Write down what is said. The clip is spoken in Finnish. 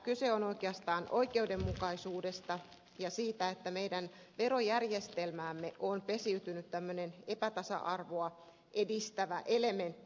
kyse on oikeastaan oikeudenmukaisuudesta ja siitä että meidän verojärjestelmäämme on pesiytynyt tämmöinen epätasa arvoa edistävä elementti